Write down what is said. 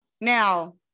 Now